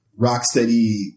rocksteady